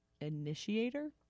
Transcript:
initiator